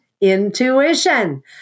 intuition